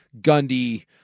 Gundy